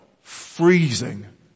freezing